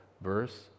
verse